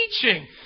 teaching